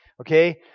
okay